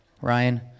Ryan